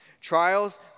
Trials